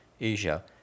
Asia